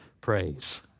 praise